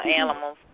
animals